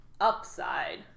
Upside